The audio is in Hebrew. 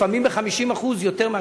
לפעמים ב-50% יותר,